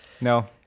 No